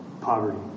poverty